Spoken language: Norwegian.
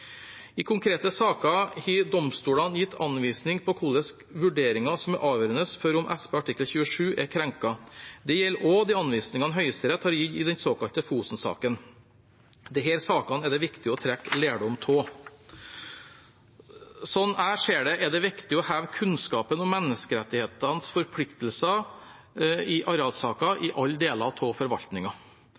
I konkrete saker har domstolene gitt anvisning for hvilke vurderinger som er avgjørende for om SP artikkel 27 er krenket. Det gjelder også de anvisningene Høyesterett har gitt i den såkalte Fosen-saken. Disse sakene er det viktig å trekke lærdom av. Slik jeg ser det, er det viktig å heve kunnskapen om menneskerettighetenes forpliktelser i arealsaker i alle deler av